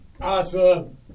Awesome